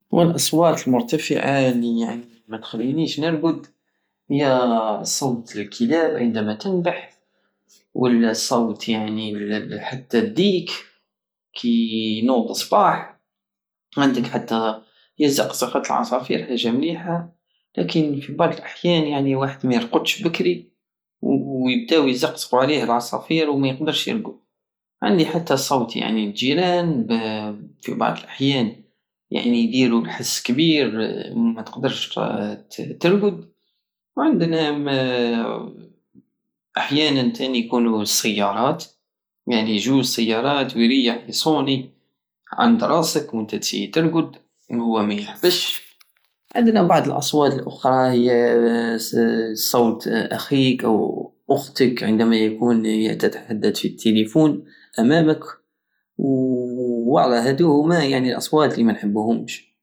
هو الاصوات المرتفعة الي متخلنيش نرقد هي صوت الكلاب عندما تنبح ولا صوت يعني حتى الديك كي ينود صباح عندك حتى زقزقة العصافير حاجة مليحة لطن في بعض الاحيان الواحد مايرقدش بكري ويبداو يزقزقو عليه العصافير وميقدرش يرقد يعني حتى صوت يعني الجيران به- في بعض الاحيان يعني يديرو الحس كبير متقدرش ترقد وعندنا احيانا تاني يكونو السيارات يعني يجو السيارات ويريح يصوني عند راسي ونتى تسيي ترقد وهو مايحبش عندنا بعض الاصوات الاخرى هي صوت اخيك او اختك عندما يكون تتحدت في التليفون امامك والا هادو هوما الاصوات الي منحبوهمش